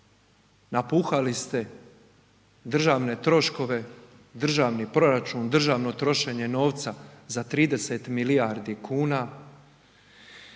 napuhali ste državne troškove, državni proračun, državno trošenje novca za 30 milijardi kuna.